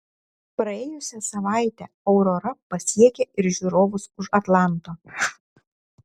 praėjusią savaitę aurora pasiekė ir žiūrovus už atlanto